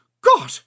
God